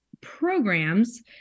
programs